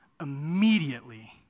immediately